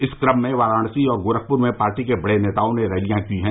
इस क्रम में वाराणसी और गोरखपुर में पार्टी के बड़े नेताओं ने रैलियां की है